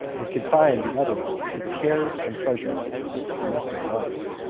and confined the other to the cares and pleasures of domestic life.